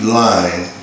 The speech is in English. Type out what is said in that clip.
lying